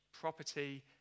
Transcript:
property